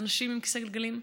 אנשים עם כיסא גלגלים?